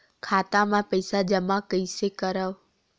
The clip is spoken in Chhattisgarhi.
खाता म पईसा जमा कइसे करव?